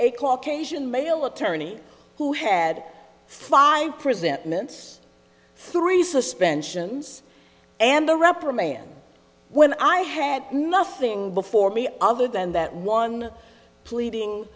a caucasian male attorney who had five percent mints three suspensions and the reprimand when i had nothing before me other than that one pleading